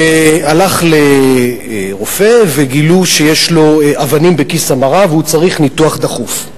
הוא הלך לרופא וגילו שיש לו אבנים בכיס המרה והוא צריך ניתוח דחוף.